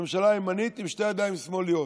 ממשלה ימנית עם שתי ידיים שמאליות.